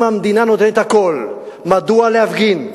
אם המדינה נותנת הכול, מדוע להפגין?